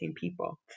people